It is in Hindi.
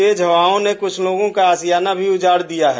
तेज हवाओं ने कुछ लोगों का आशियाना भी उजाड़ दिया है